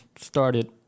started